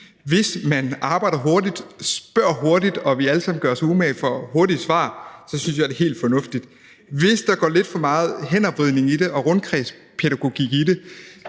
Hvis man arbejder hurtigt og spørger hurtigt og vi alle sammen gør os umage for at give hurtige svar, synes jeg, at det er helt fornuftigt. Hvis der går lidt for meget hændervriden og rundkredspædagogik i det,